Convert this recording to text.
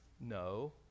No